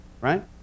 right